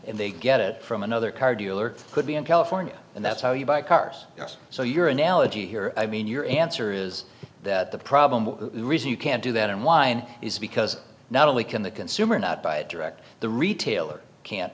they get it from another car dealer could be in california and that's how you buy cars yes so your analogy here i mean your answer is that the problem with the reason you can't do that online is because not only can the consumer not buy a direct the retailer can't